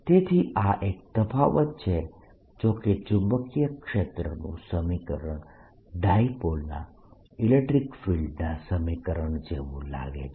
તેથી આ એક તફાવત છે જો કે ચુંબકીય ક્ષેત્રનું સમીકરણ ડાયપોલના ઇલેક્ટ્રીક ફિલ્ડના સમીકરણ જેવું જ લાગે છે